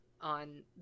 on